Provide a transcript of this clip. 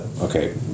okay